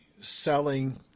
selling